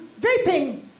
Vaping